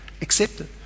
accepted